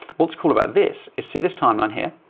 what's cool about this is see this timeline here.